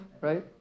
right